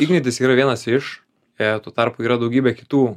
ignitis yra vienas iš e tuo tarpu yra daugybė kitų